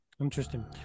interesting